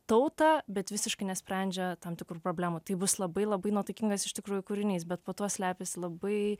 tautą bet visiškai nesprendžia tam tikrų problemų tai bus labai labai nuotaikingas iš tikrųjų kūrinys bet po tuo slepias labai